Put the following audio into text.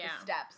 steps